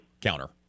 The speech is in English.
counter